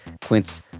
Quince